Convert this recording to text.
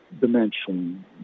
dimension